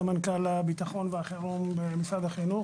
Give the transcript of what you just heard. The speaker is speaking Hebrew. סמנכ"ל הביטחון והחירום במשרד החינוך.